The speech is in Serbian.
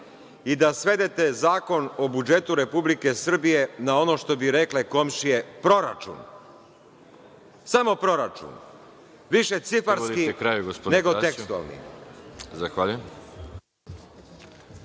i da svedete Zakon o budžetu RS, na ono što bi rekle komšije – proračun. Samo proračun. Više cifarski, nego tekstualni.